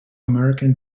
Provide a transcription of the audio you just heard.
american